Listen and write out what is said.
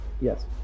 Yes